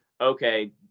okay